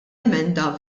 emenda